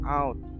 out